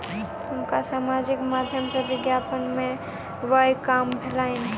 हुनका सामाजिक माध्यम सॅ विज्ञापन में व्यय काम भेलैन